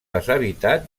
deshabitat